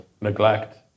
neglect